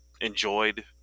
enjoyed